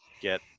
get